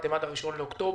קבעתם את ה-1 באוקטובר,